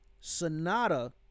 Sonata